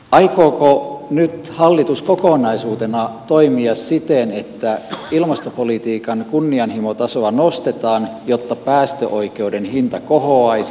aikooko hallitus nyt kokonaisuutena toimia siten että ilmastopolitiikan kunnianhimotasoa nostetaan jotta päästöoikeuden hinta kohoaisi